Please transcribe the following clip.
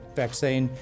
vaccine